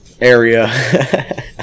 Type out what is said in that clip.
area